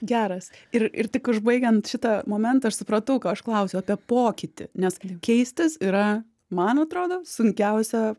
geras ir ir tik užbaigiant šitą momentą aš supratau ko aš klausiau apie pokytį nes keistis yra man atrodo sunkiausia